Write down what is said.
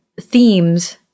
themes